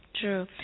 True